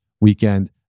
weekend